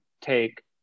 take